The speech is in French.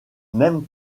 même